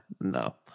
no